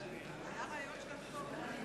הנגבי, מצביע